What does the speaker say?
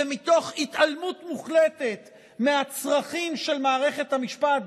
ומתוך התעלמות מוחלטת מהצרכים של מערכת המשפט,